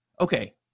Okay